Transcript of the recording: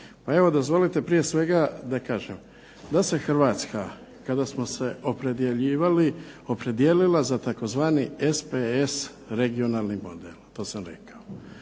Pa evo dozvolite prije svega da kažem da se Hrvatska kada smo se opredjeljivali opredijelila za tzv. SPS regionalni model. To sam rekao.